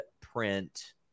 print